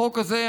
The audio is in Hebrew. החוק הזה,